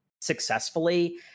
successfully